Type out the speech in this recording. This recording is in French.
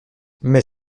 mais